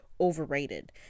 overrated